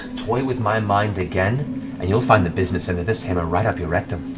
toy with my mind again and you'll find the business end of this hammer right up your rectum.